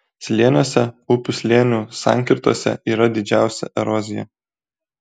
slėniuose upių slėnių sankirtose yra didžiausia erozija